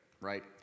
right